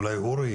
אולי אורי